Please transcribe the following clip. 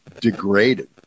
degraded